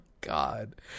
God